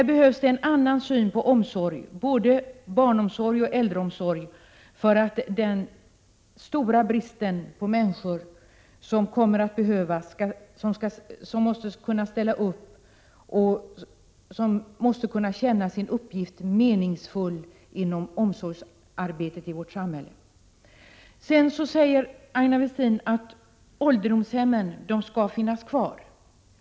Det behövs en annan syn på barnomsorg och äldreomsorg för att de människor som ställer upp skall känna sin uppgift som meningsfull i vårt samhälle. Aina Westin säger vidare att ålderdomshemmen skall finnas kvar.